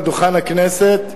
על דוכן הכנסת,